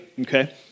okay